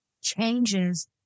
changes